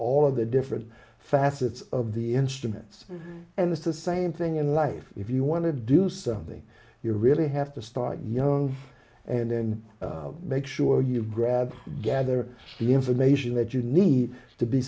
of the different facets of the instruments and it's the same thing in life if you want to do something you really have to start young and then make sure you grab gather the information that you need to be